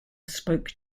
spoke